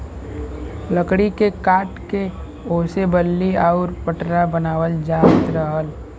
लकड़ी के काट के ओसे बल्ली आउर पटरा बनावल जात रहल